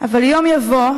אבל יום יבוא,